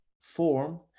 form